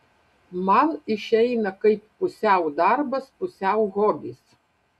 man išeina kaip pusiau darbas pusiau hobis